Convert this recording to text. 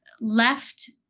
left